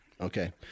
okay